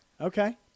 Okay